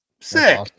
Sick